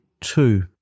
two